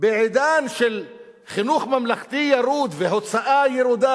בעידן של חינוך ממלכתי ירוד והוצאה ירודה,